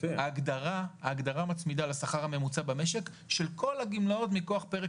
ההגדרה מצמידה לשכר הממוצע במשק של כל הגמלאות מכוח פרק